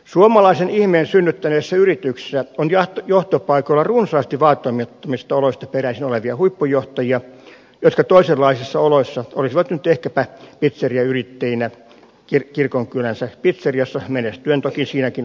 suomalaisen ihmeen synnyttäneissä yrityksissä on johtopaikoilla runsaasti vaatimattomista oloista peräisin olevia huippujohtajia jotka toisenlaisissa oloissa olisivat nyt ehkäpä pitseriayrittäjinä kirkonkylänsä pitseriassa menestyen toki siinäkin ammatissa varsin hyvin